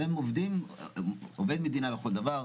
שהם עובד מדינה לכל דבר.